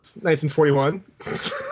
1941